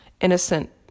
innocent